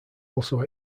also